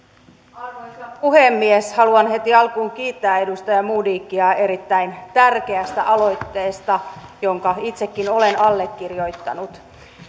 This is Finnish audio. arvoisa puhemies haluan heti alkuun kiittää edustaja modigia erittäin tärkeästä aloitteesta jonka itsekin olen allekirjoittanut